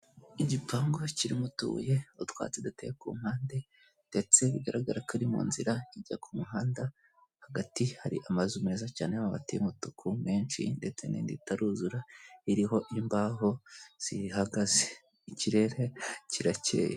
Igipangu kiririmo utubuye utwatsi duteye ku mpande ndetse bigaragara ko ari mu nzira ijya ku muhanda hagati hari amazu meza cyane hagati y'umutuku menshi ndetse n'inindi itaruzura iriho imbaho zihagaze ikirere kirakeye.